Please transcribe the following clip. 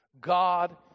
God